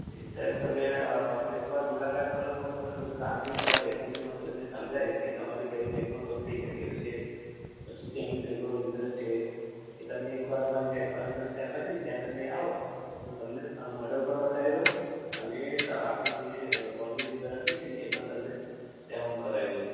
સાહેબ તમે એકવાર મુલાકાત કરો તો હું તમને બધું શાંતિથી ત્યાં બેસીને જ મસ્ત રીતે સમજાવીશ કે તમારી કઈ બૅંકમાં લોન થઈ શકે એવી છે પછી ત્યાંનો કેટલો ઇન્ટરૅસ્ટ છે એ તમે એકવાર અમારી જે અખબારનગરની શાખા છે ને ત્યાં તમે આવો તો તમને આ મૉડલ પણ બતાવી દઉં અને આપણી જે લોનની જે ગણતરી છે ને એ પણ તમને ત્યાં હું કરાવી દઉં